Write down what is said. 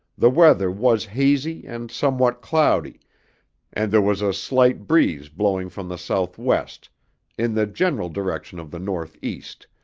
the weather was hazy and somewhat cloudy and there was a slight breeze blowing from the southwest in the general direction of the northeast,